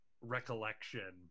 recollection